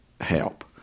help